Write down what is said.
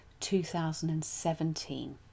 2017